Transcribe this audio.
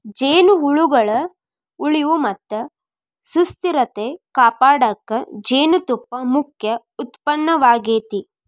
ಜೇನುಹುಳಗಳ ಉಳಿವು ಮತ್ತ ಸುಸ್ಥಿರತೆ ಕಾಪಾಡಕ ಜೇನುತುಪ್ಪ ಮುಖ್ಯ ಉತ್ಪನ್ನವಾಗೇತಿ